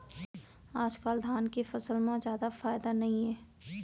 आजकाल धान के फसल म जादा फायदा नइये